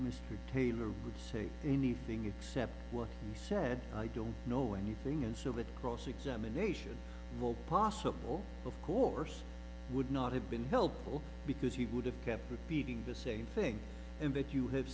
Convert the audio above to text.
mr taylor would say anything except what he said i don't know anything and so with cross examination possible of course would not have been helpful because you would have kept repeating the same thing and that you have